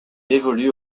évolue